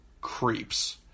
creeps